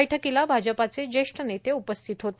बैठकीला भाजपाचे ज्येष्ठ नेते उपस्थित होते